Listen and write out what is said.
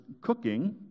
cooking